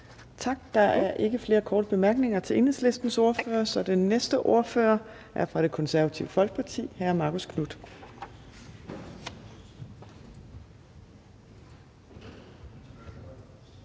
Tak. Der er ikke flere korte bemærkninger til Enhedslistens ordfører. Den næste ordfører er fra Det Konservative Folkeparti, hr. Marcus Knuth.